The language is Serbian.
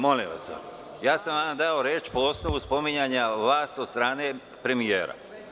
Molim vas, dao sam vam reč po osnovu spominjanja vas od strane premijera.